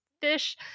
fish